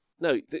No